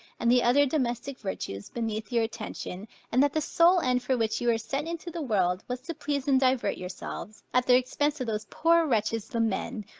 and the other domestic virtues, beneath your attention and that the sole end for which you were sent into the world, was to please and divert yourselves, at the expense of those poor wretches the men,